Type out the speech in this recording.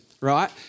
right